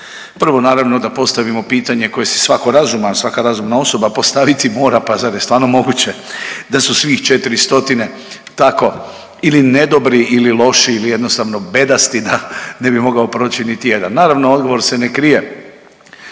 Prvo naravno da postavimo pitanje koje se svatko razuman, svaka razumna osoba postaviti mora. Pa zar je stvarno moguće da su svih 400-tine tako ili ne dobri ili loši, ili jednostavno bedasti da ne bi mogao proći niti jedan. Naravno, odgovor se ne krije